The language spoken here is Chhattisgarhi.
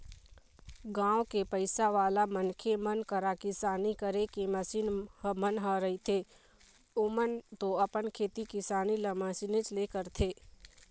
गाँव के पइसावाला मनखे मन करा किसानी करे के मसीन मन ह रहिथेए ओमन तो अपन खेती किसानी ल मशीनेच ले करथे